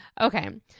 Okay